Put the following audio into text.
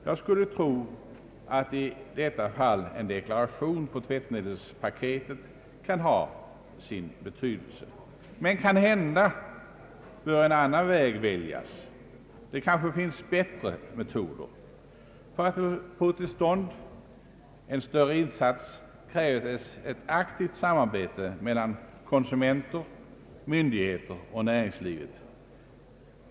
Jag skulle tro att en deklaration på tvättmedelspaketet i detta fall kan ha sin betydelse. Men kanhända bör en annan väg väljas. Det finns kanske bättre metoder. För att få till stånd en större insats krävs ett aktivt samarbete mellan konsumenter, myndigheter och näringslivet.